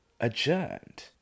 adjourned